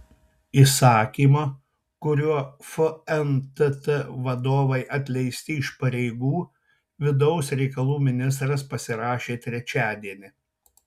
įsakymą kuriuo fntt vadovai atleisti iš pareigų vidaus reikalų ministras pasirašė trečiadienį